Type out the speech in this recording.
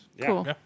Cool